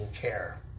care